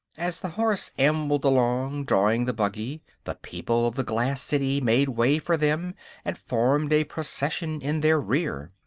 as the horse ambled along, drawing the buggy, the people of the glass city made way for them and formed a procession in their rear.